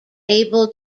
able